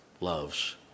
loves